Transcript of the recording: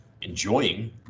enjoying